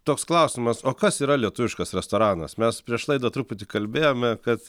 toks klausimas o kas yra lietuviškas restoranas mes prieš laidą truputį kalbėjome kad